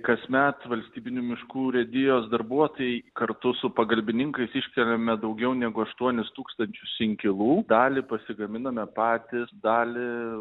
kasmet valstybinių miškų urėdijos darbuotojai kartu su pagalbininkais iškeliame daugiau negu aštuonis tūkstančius inkilų dalį pasigaminame patys dalį